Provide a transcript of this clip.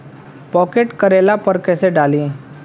Pocket करेला पर कैसे डाली?